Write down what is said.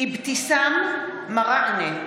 אבתיסאם מראענה,